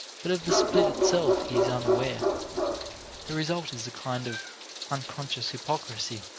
but of the split itself he is unaware the result is a kind of unconscious hypocrisy,